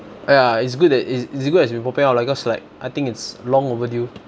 ya it's good that it's it's good as you popping out like cause like I think it's long overdue